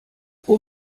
pro